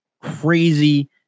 crazy